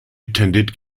attended